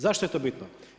Zašto je to bitno?